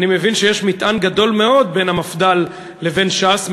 אני מבין שיש מטען גדול מאוד בין המפד"ל לבין ש"ס,